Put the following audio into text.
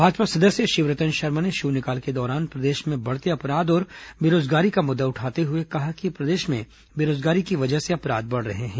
भाजपा सदस्य शिवरतन शर्मा ने शून्यकाल के दौरान प्रदेश में बढ़ते अपराध और बेरोजगारी का मुद्दा उठाते हुए कहा कि प्रदेश में बेरोजगारी की वजह से अपराध बढ़ रहे हैं